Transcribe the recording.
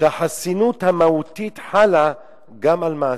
שהחסינות המהותית חלה גם על מעשים.